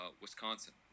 Wisconsin